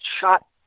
shot